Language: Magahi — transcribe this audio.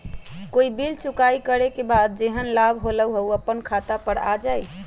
कोई बिल चुकाई करे के बाद जेहन लाभ होल उ अपने खाता पर आ जाई?